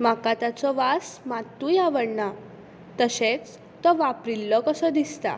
म्हाका ताचो वास मात्तूय आवडना तशेंच तो वापरिल्लो कसो दिसता